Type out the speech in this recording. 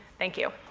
thank you.